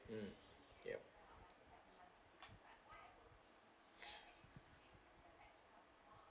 mm yup